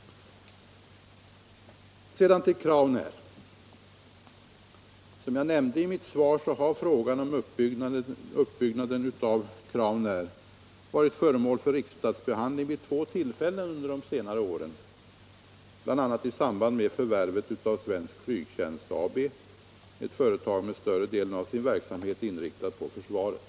Sedan till Crownair. Som jag nämnde i mitt svar har frågan om uppbyggnaden av Crownair varit föremål för riksdagsbehandling vid två tillfällen under de senaste åren, bl.a. i samband med förvärvet av Svensk Flygtjänst AB — ett företag med större delen av sin verksamhet inriktad på försvaret.